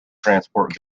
transport